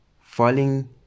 falling